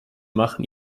machen